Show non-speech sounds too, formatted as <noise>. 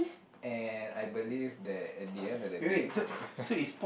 and I believe that at the end of the day <laughs>